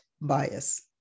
bias